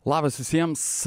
labas visiems